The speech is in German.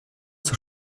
zur